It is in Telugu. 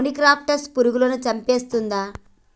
మొనిక్రప్టస్ పురుగులను చంపేస్తుందా?